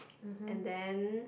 and then